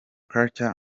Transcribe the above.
culture